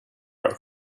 are